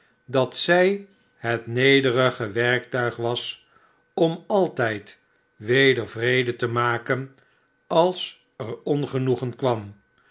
dat zij het nederige werktuig was om altijd weder vrede te maken als er ongenoegen kwam